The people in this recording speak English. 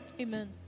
Amen